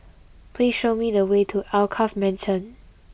please show me the way to Alkaff Mansion